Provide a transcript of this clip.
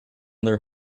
their